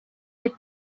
les